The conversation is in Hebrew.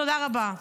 תודה רבה.